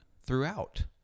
throughout